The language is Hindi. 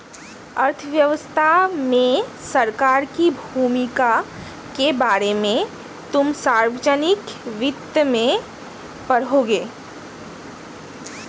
अर्थव्यवस्था में सरकार की भूमिका के बारे में तुम सार्वजनिक वित्त में पढ़ोगे